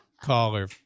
caller